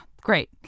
great